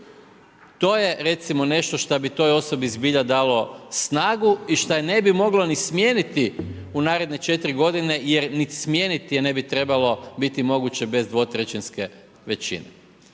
To je recimo nešto što bi toj osobi zbilja dalo snagu i šta ne bi moglo ni smijeniti u naredne 4 g. jer niti smijeniti je ne bi trebalo biti moguće bez 2/3 većine.